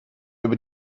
über